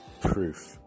proof